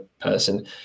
person